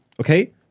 Okay